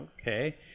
okay